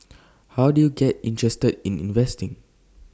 how did you get interested in investing